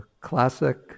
classic